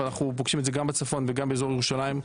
ואנחנו פוגשים את זה גם בצפון וגם באזור ירושלים,